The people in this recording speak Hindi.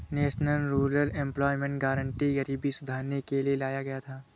नेशनल रूरल एम्प्लॉयमेंट गारंटी गरीबी सुधारने के लिए लाया गया था